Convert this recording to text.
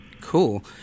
Cool